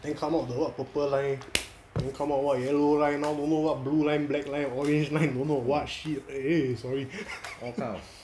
then come out the what purple line then come out what yellow line now don't know what blue line black line orange line don't know what shit eh sorry